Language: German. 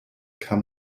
kann